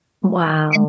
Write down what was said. Wow